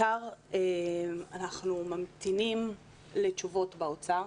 זה שאנחנו ממתינים לתשובות מהאוצר.